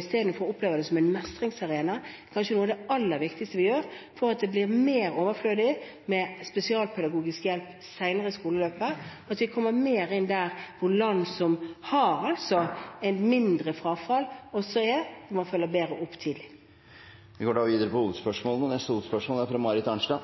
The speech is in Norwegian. isteden opplever den som en mestringsarena, kanskje er noe av det aller viktigste vi gjør for at det skal bli mer overflødig med spesialpedagogisk hjelp senere i skoleløpet, og at vi kommer mer inn der hvor land som altså har et mindre frafall, også er, om man følger bedre opp tidlig. Vi går videre til neste hovedspørsmål.